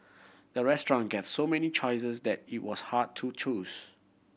the restaurant gets so many choices that it was hard to choose